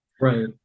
right